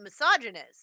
misogynist